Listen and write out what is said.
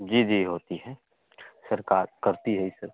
जी जी होती है सरकार करती है यह सब